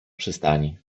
przystani